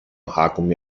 haargummi